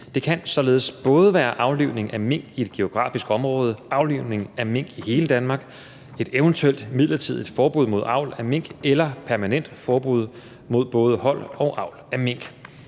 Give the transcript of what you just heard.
Det kan således både være aflivning af mink i et geografisk område, aflivning af mink i hele Danmark, et eventuelt midlertidigt forbud mod avl af mink eller permanent forbud mod både hold og avl af mink.